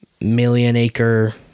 million-acre